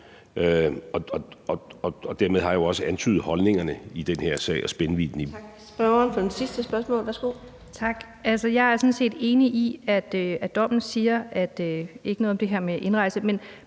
Dermed har jeg også antydet holdningerne i den her sag og spændvidden i